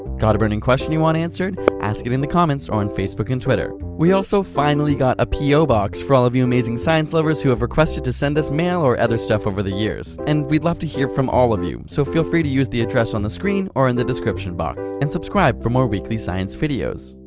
got a burning question you want answered? ask it in the comments or on facebook and twitter. we also finally got a po box, for all of you amazing science lovers who have requested to send us mail or other stuff over the years. and we'd love to hear from all of you! so feel free use the address on the screen or in the description box. and subscribe for more weekly science videos!